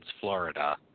Florida